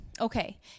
Okay